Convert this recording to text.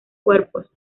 cuerpos